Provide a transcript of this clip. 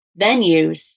venues